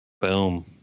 Boom